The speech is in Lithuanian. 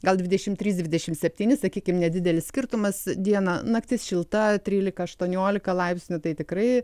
gal dvidešim trys dvidešim septyni sakykim nedidelis skirtumas dieną naktis šilta trylika aštuoniolika laipsnių tai tikrai